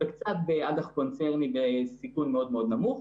וקצת באג"ח קונצרני בסיכון מאוד מאוד נמוך,